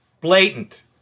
Blatant